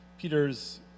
Peter's